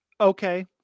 okay